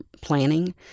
planning